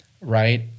right